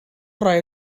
rhai